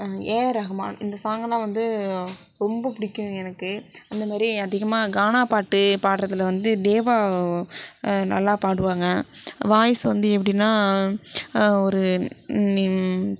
AR Rahman இந்த சாங்கெல்லாம் வந்து ரொம்ப பிடிக்கும் எனக்கு அந்த மாதிரிஅதிகமாக கானா பாட்டு பாடுறதுல வந்து தேவா நல்லா பாடுவாங்க வாய்ஸ் வந்து எப்படினா ஒரு